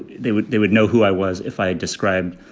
they would they would know who i was. if i describe,